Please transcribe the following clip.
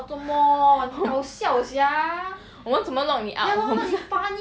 我们怎么 lock 你 out 我们